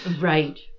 Right